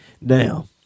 Now